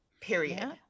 period